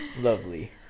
Lovely